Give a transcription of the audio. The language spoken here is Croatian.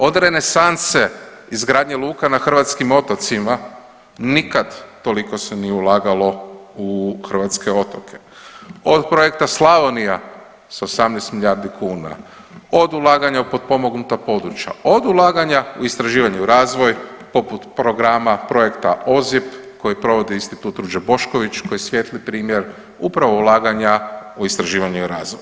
Od renesanse izgradnje luka na hrvatskim otocima, nikad toliko se nije ulagalo u hrvatske otoke, od projekta Slavonija sa 18 milijardi kuna, od ulaganja u potpomognuta područja, od ulaganja u istraživanje i razvoj, poput programa projekta OZIP koji provodi Institut Ruđer Bošković koji je svijetli primjer upravo ulaganja u istraživanje i razvoj.